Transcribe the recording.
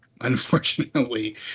unfortunately